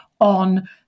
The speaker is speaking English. on